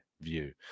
view